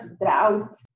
drought